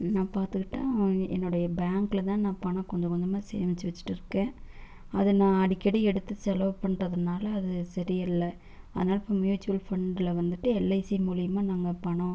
நான் பாத்துக்கிட்டால் என்னுடைய பேங்க்ல தான் நான் பணம் கொஞ்சம் கொஞ்சமாக சேமித்து வச்சிட்டு இருக்கேன் அது நான் அடிக்கடி எடுத்து செலவு பண்ணுறதுனால அது சரியில்லை அதனால் மீச்சுவல் ஃபண்ட்ல வந்துட்டு எல்ஐசி மூலயமா நாங்கள் பணம்